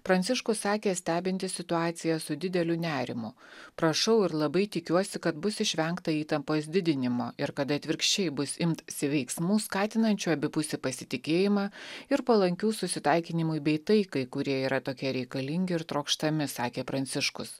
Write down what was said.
pranciškus sakė stebintis situaciją su dideliu nerimu prašau ir labai tikiuosi kad bus išvengta įtampos didinimo ir kad atvirkščiai bus imtasi veiksmų skatinančių abipusį pasitikėjimą ir palankių susitaikinimui bei taikai kurie yra tokie reikalingi ir trokštami sakė pranciškus